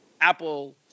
Apple